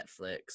netflix